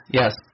yes